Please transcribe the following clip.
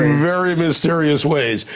very mysterious ways,